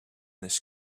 this